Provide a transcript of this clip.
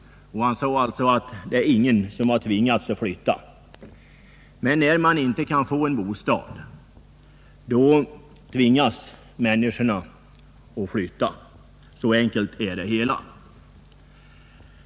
Han sade att ingen har tvingats flytta. Men den som inte kan få bostad blir tvungen att flytta, så enkelt är det.